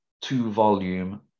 two-volume